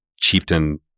chieftain